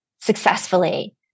successfully